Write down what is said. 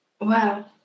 Wow